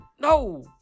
no